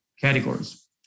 categories